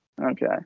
Okay